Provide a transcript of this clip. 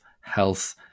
health